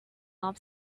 off